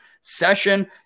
session